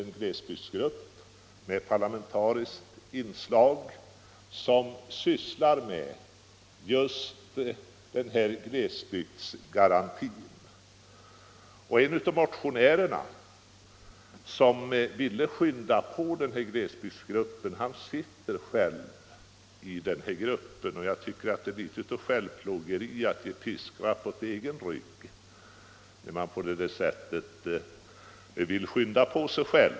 En glesbygdsgrupp med parlamentariskt inslag sysslar med just den här glesbygdsgarantin. En av de motionärer som vill skynda på detta arbete sitter själv i gruppen. Jag tycker det är litet av självplågeri att ge piskrapp åt egen rygg.